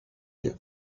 you